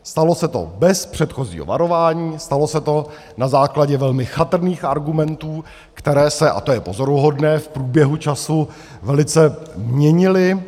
Stalo se to bez předchozího varování, stalo se to na základě velmi chatrných argumentů, které se a to je pozoruhodné v průběhu času velice měnily.